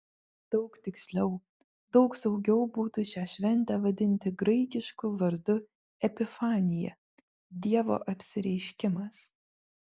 daug tiksliau daug saugiau būtų šią šventę vadinti graikišku vardu epifanija dievo apsireiškimas